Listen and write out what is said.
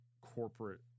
corporate